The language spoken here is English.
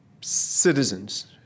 citizens